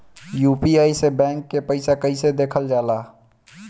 UPI से bank के पैसा कैसे देखल जाला?